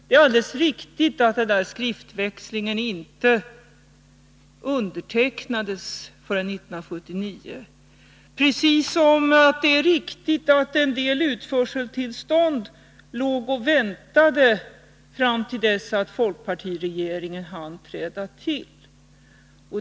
Det är alldeles riktigt att skriftväxlingen inte undertecknades förrän 1979. Likaså låg en del utförseltillstånd och väntade fram till dess att folkpartiregeringen hann träda till.